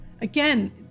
again